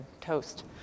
toast